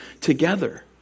together